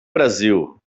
brasil